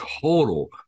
total